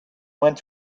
went